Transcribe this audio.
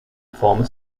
former